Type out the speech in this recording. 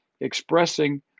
expressing